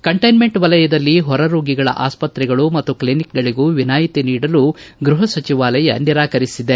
ಕಂಟೈನೈಟ್ ವಲಯದಲ್ಲಿ ಹೊರ ರೋಗಿಗಳ ಆಸ್ಪತ್ರೆಗಳು ಮತ್ತು ಕ್ಷಿನಿಕ್ಗಳಗೂ ವಿನಾಯಿತಿ ನೀಡಲು ಗೃಹ ಸಚಿವಾಲಯ ನಿರಾಕರಿಸಿದೆ